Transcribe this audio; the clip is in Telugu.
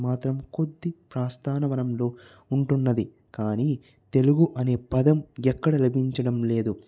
మాత్రం కొద్దీ ప్రస్థానవనంలో ఉంటున్నది కానీ తెలుగు అనే పదం ఎక్కడ లభించడం లేదు